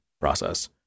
process